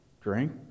drink